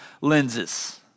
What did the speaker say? lenses